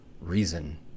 reason